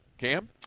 Cam